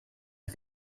you